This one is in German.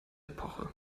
epoche